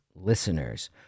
listeners